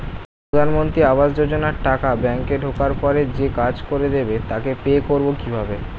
প্রধানমন্ত্রী আবাস যোজনার টাকা ব্যাংকে ঢোকার পরে যে কাজ করে দেবে তাকে পে করব কিভাবে?